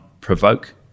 provoke